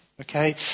okay